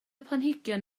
planhigion